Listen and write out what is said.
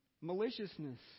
maliciousness